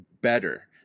better